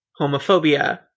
homophobia